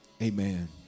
Amen